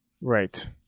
Right